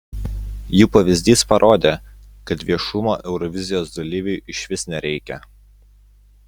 jų pavyzdys parodė kad viešumo eurovizijos dalyviui išvis nereikia